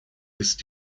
ist